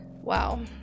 wow